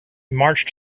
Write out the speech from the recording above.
marched